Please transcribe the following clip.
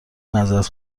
معذرت